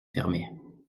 fermaient